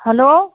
hello